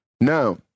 Now